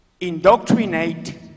indoctrinate